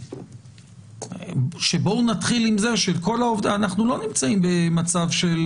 אנחנו לא נמצאים במצב של